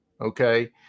okay